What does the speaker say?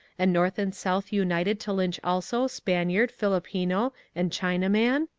and north and south united to lynch also spaniard, filipino, and chinaman?